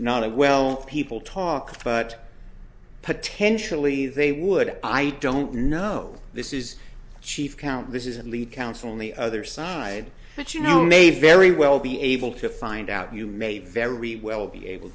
not a well people talk but potentially they would i don't know this is chief count this is a lead counsel only other side that you know may very well be able to find out you may very well be able